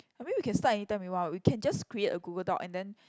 I mean we can start any time we want we can just create a Google doc and then